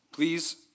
Please